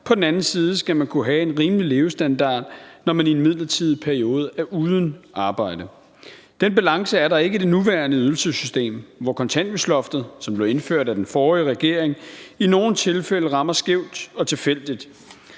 på den anden side skal man kunne have en rimelig levestandard, når man i en midlertidig periode er uden arbejde. Den balance er der ikke i det nuværende ydelsessystem, hvor kontanthjælpsloftet, som blev indført af den forrige regering, i nogle tilfælde rammer skævt og tilfældigt.